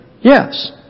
Yes